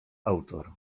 autor